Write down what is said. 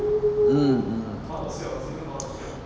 mm